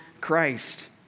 Christ